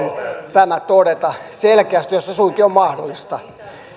tämä lainsäädännössä todeta selkeästi jos se suinkin on mahdollista